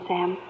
Sam